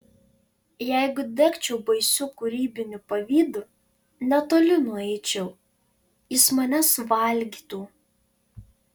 jeigu degčiau baisiu kūrybiniu pavydu netoli nueičiau jis mane suvalgytų